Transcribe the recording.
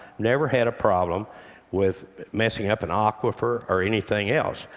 never had a problem with messing up an aquifer or anything else.